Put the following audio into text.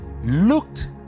looked